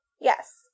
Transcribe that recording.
yes